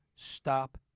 Stop